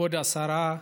כבוד השרה,